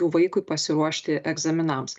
jų vaikui pasiruošti egzaminams